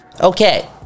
okay